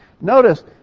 Notice